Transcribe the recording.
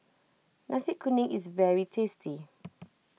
Nasi Kuning is very tasty